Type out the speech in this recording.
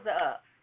up